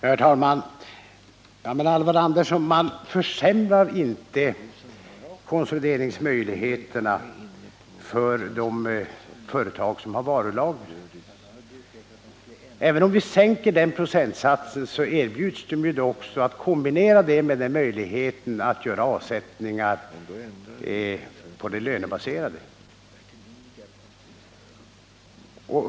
Herr talman! Man försämrar inte konsolideringsmöjligheterna för de företag som har varulager. Även om vi sänker procentsatsen erbjuds de att kombinera med möjligheten att göra avsättningar på det lönebaserade beloppet.